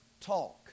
talk